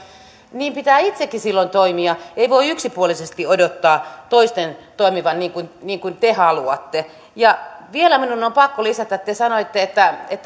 niin pitää itsekin silloin toimia ei voi yksipuolisesti odottaa toisten toimivan niin kuin niin kuin te haluatte ja vielä minun on pakko lisätä että te sanoitte että